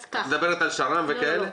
אז מדברת על שר"מ וכאלה?